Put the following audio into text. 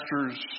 pastors